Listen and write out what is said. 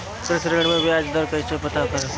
कृषि ऋण में बयाज दर कइसे पता करब?